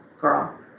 girl